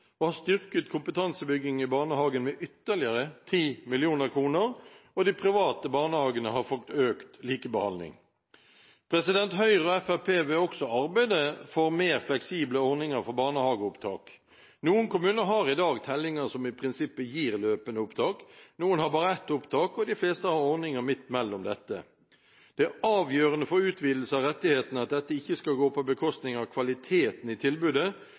og har styrket kompetansebygging i barnehagen med ytterligere 10 mill. kr, og de private barnehagene har fått økt likebehandling. Høyre og Fremskrittspartiet vil også arbeide for mer fleksible ordninger for barnehageopptak. Noen kommuner har i dag tellinger som i prinsippet gir løpende opptak, noen har bare ett opptak, og de fleste har ordninger midt mellom dette. Det avgjørende for utvidelse av rettighetene er at dette ikke skal gå på bekostning av kvaliteten i tilbudet.